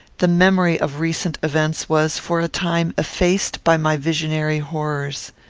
the memory of recent events was, for a time, effaced by my visionary horrors.